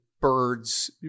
birds